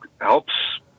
helps